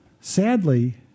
sadly